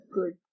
Good